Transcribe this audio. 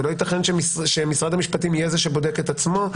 ולא ייתכן שמשרד המשפטים יהיה זה שבודק את עצמו,